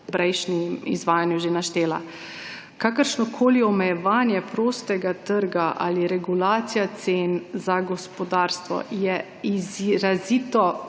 prejšnjem izvajanju že naštela. Kakršnokoli omejevanje prostega trga ali regulacija cen za gospodarstvo je izrazito